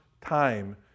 time